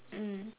mm